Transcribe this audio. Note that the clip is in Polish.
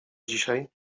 dzisiaj